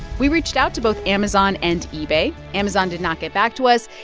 we reached out to both amazon and ebay. amazon did not get back to us.